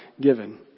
given